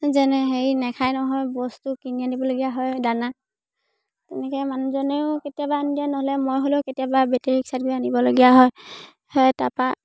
যেনে হেৰি নেখাই নহয় বস্তু কিনি আনিবলগীয়া হয় দানা তেনেকৈ মানুহজনেও কেতিয়াবা আনি দিয়ে নহ'লে মই হ'লেও কেতিয়াবা বেটেৰী ৰিক্সাত আনিবলগীয়া হয় তাৰপৰা